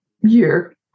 year